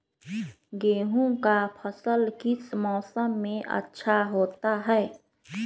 गेंहू का फसल किस मौसम में अच्छा होता है?